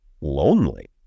lonely